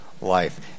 life